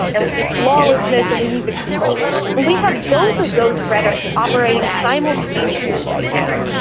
and it's lawlessness and we need to control that. well, we have both of those rhetorics operating simultaneously right now,